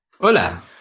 Hola